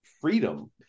freedom